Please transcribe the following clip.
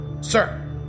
Sir